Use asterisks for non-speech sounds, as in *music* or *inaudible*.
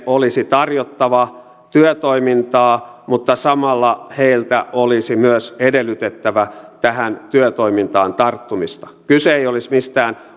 olisi tarjottava työtoimintaa mutta samalla heiltä olisi myös edellytettävä tähän työtoimintaan tarttumista kyse ei olisi mistään *unintelligible*